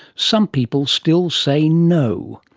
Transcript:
some people still say no.